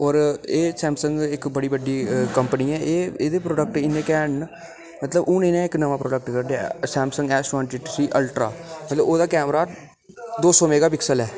होर एह् सैमसंग इक्क बड़ी बड्डी कंपनी ऐ एह् एहदे प्रोडेक्ट बड़े घैंट न मतलब हू'न इ'नें इक्क नमां प्रोडेक्ट कड्ढेआ सैमसंग एस टवंटी थ्रीअल्ट्रा ते ओह्दा कैमरा दौं सौ मेगा पिक्सल ऐ